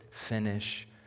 finish